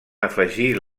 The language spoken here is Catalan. afegir